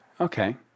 Okay